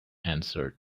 answered